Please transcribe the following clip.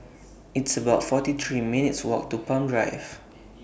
It's about forty three minutes' Walk to Palm Drive